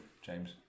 James